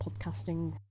podcasting